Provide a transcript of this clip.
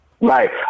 right